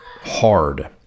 hard